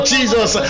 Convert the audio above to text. Jesus